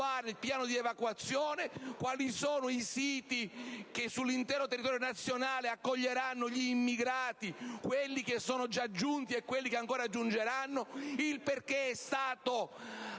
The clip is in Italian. il piano di evacuazione; quali sono i siti che sull'intero territorio nazionale accoglieranno gli immigrati, quelli già giunti e quelli che ancora giungeranno; perché è stato